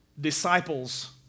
disciples